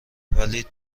ولی